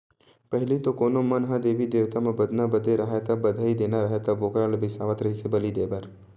पहिली तो कोनो मन ह देवी देवता म बदना बदे राहय ता, बधई देना राहय त बोकरा ल बिसावत रिहिस हे बली देय बर